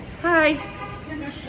Hi